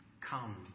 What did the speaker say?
Come